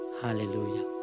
Hallelujah